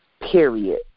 period